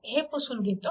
हे पुसून घेतो